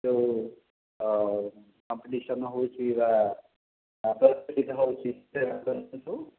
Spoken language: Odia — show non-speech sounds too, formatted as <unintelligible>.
ଯେଉଁ କମ୍ପିଟିସନ୍ ହେଉଛି ବା <unintelligible> ହେଉଛି ସେ ଆସନ୍ତୁ